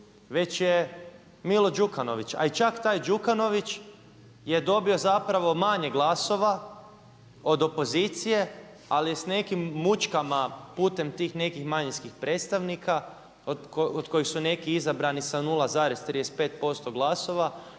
već je Milo Đukanović. A i čak taj Đukanović je dobio zapravo manje glasova od opozicije, ali je s nekim mučkama putem tih nekih manjinskih predstavnika od kojih su neki izabrani sa 0,35% glasova